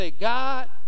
God